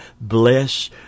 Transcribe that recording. bless